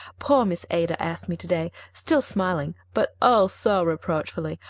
poor miss ada asked me today, still smiling, but oh, so reproachfully,